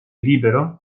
libero